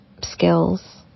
skills